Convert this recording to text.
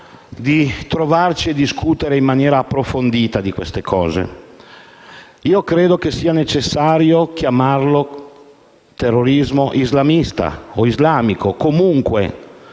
di trovarci a discutere in maniera approfondita di questi temi. Credo che sia necessario chiamarlo terrorismo islamista o islamico, comunque,